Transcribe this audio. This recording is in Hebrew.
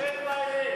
Read my lips.